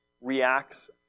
reacts